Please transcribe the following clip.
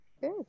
Good